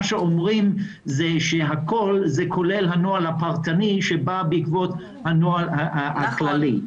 אומרים שהכול כולל את הנוהל הפרטני שבא בעקבות הנוהל הכללי.